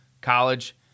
college